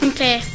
Okay